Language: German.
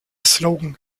slogan